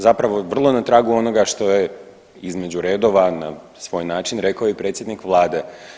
Zapravo je vrlo na tragu onoga što je između redova na svoj način rekao i predsjednik Vlade.